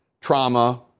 trauma